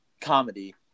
comedy